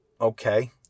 okay